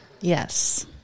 Yes